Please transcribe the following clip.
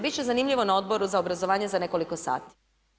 Bit će zanimljivo na Odboru za obrazovanje za nekoliko sati.